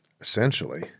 essentially